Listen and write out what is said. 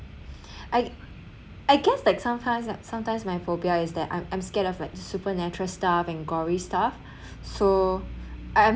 I I guess like sometimes sometimes my phobia is that I'm I'm scared of like supernatural stuff and gory stuff so I'm